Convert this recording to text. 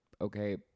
okay